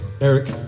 Eric